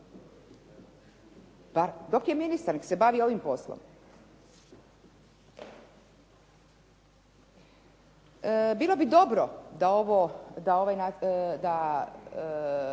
dok je ministar nek se bavi ovim poslom. Bilo bi dobro da,